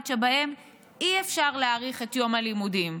שבהן אי-אפשר להאריך את יום הלימודים.